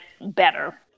better